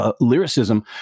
Lyricism